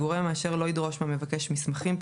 הגורם המאשר לא ידרוש מהמבקש מסמכים,